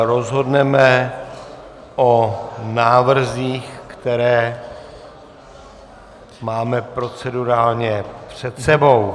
Rozhodneme o návrzích, které máme procedurálně před sebou.